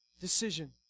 decision